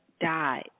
died